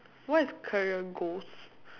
what is career goals